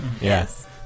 Yes